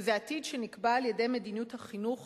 וזה עתיד שנקבע על-ידי מדיניות החינוך